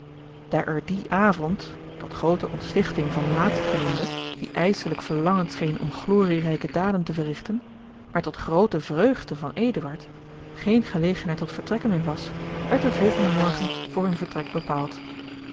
er dien avond tot groote ontstichting van laatstgenoemden die ijselijk verlangend scheen om glorierijke daden te verrigten maar tot groote vreugde van eduard geene gelegendheid tot vertrekken meer was werd de volgende morgen voor hun vertrek bepaald